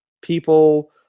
people